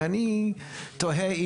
ואני תוהה,